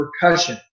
percussion